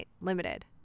Limited